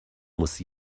muss